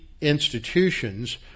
institutions